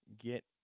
Get